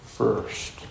first